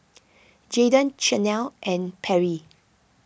Jadon Chanelle and Perry